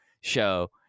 show